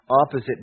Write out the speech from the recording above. opposite